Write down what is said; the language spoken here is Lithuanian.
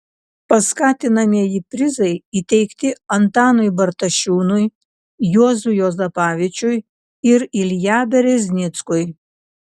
paskatinamieji prizai įteikti antanui bartašiūnui juozui juozapavičiui ir ilja bereznickui